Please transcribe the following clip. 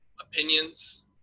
opinions